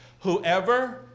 Whoever